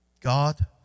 God